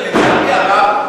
לצערי הרב,